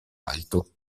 alto